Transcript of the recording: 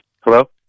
Hello